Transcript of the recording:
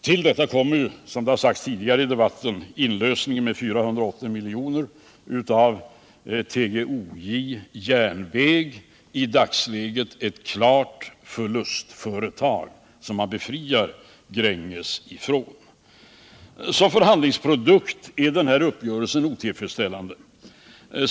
Till detta kommer, som det har sagts tidigare i debatten, inlösen med 400 miljoner för järnvägsföretaget TGOJ, i dagsläget ett klart förlustföretag som man befriar Gränges ifrån. Som förhandlingsprodukt är denna uppgörelse otillfredsställande.